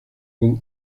con